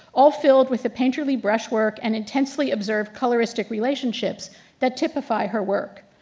all filled with the painterly brushwork and intensely observed coloristic relationships that typify her work.